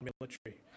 military